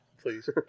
please